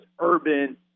urban